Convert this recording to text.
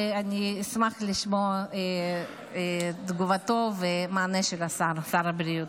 ואני אשמח לשמוע את תגובתו והמענה של שר הבריאות.